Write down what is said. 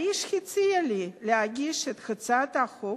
האיש הציע לי להגיש את הצעת החוק